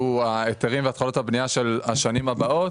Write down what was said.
שהוא ההיתרים והתחלות הבניה של השנים הבאות